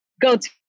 go-to